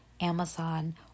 Amazon